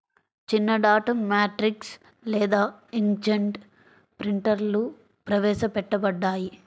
చిన్నడాట్ మ్యాట్రిక్స్ లేదా ఇంక్జెట్ ప్రింటర్లుప్రవేశపెట్టబడ్డాయి